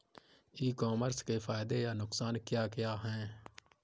ई commerce के फायदे या नुकसान क्या क्या हैं?